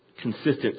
consistent